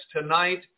tonight